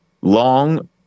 long